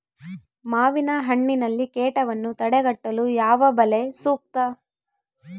ಮಾವಿನಹಣ್ಣಿನಲ್ಲಿ ಕೇಟವನ್ನು ತಡೆಗಟ್ಟಲು ಯಾವ ಬಲೆ ಸೂಕ್ತ?